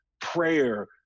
prayer